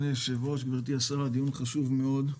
זה דיון חשוב מאוד,